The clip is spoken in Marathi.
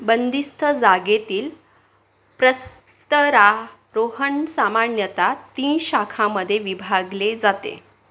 बंदिस्त जागेतील प्रस्तरारोहण सामान्यतः तीन शाखांमध्ये विभागले जाते